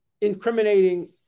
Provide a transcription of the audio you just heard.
incriminating